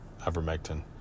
Ivermectin